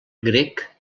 grec